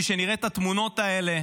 בשביל שנראה את התמונות האלה